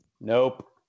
Nope